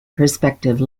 perspective